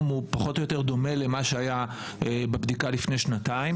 הוא פחות או יותר דומה למה שהיה בבדיקה לפני שנתיים.